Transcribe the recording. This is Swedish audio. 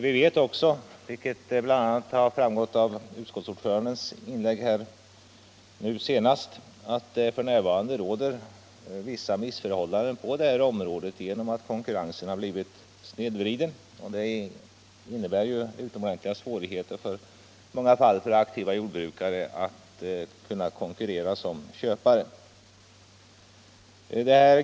Vi vet också, vilket bl.a. framgått av utskottsordförandens inlägg, att det f.n. råder vissa missförhållanden på det här området genom att konkurrensen blivit snedvriden. Det innebär i många fall utomordentliga svårigheter för aktiva jordbrukare att konkurrera som köpare.